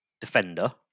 Defender